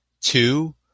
Two